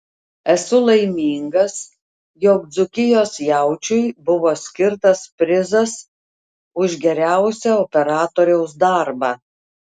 esu laimingas jog dzūkijos jaučiui buvo skirtas prizas už geriausią operatoriaus darbą